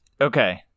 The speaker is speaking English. okay